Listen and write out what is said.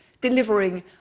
delivering